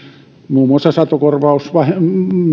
muun muassa satokorvausjärjestelmän